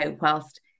whilst